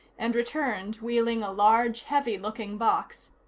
and returned wheeling a large heavy-looking box.